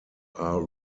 are